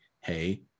hey